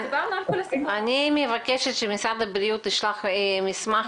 אני מבקשת שמשרד הבריאות ישלח מסמך